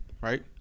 right